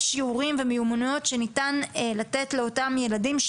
יש שיעורים ומיומנויות שניתן לתת לאותם ילדים.